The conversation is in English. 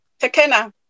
Tekena